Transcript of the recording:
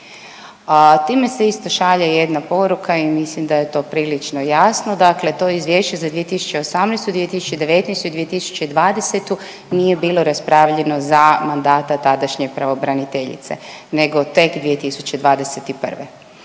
time se isto šalje jedna poruka i mislim da je to prilično jasno, dakle to izvješće za 2018., 2019. i 2020. nije bilo raspravljeno za mandata tadašnje pravobraniteljice nego tek 2021..